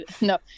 no